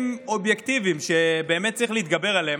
אובייקטיביים שבאמת צריך להתגבר עליהם.